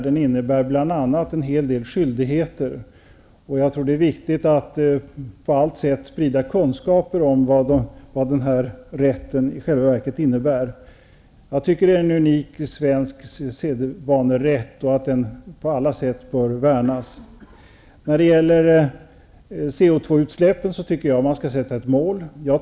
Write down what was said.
Den innebär bl.a. en hel del skyldigheter. Jag tror att det är viktigt att på alla sätt sprida kunskaper om vad den här rätten i själva verket innebär. Jag tycker således att allemansrätten är en unik svensk sedvanerätt och att den på alla sätt bör värnas. När det gäller koldioxidutsläppen tycker jag att ett mål skall sättas upp.